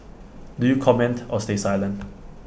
do you comment or stay silent